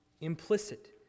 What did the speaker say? implicit